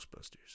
Ghostbusters